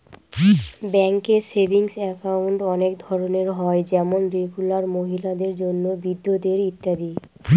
ব্যাঙ্কে savings account অনেক ধরনের হয় যেমন রেগুলার, মহিলাদের জন্য, বৃদ্ধদের ইত্যাদি